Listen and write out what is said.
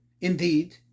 indeed